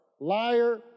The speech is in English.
Liar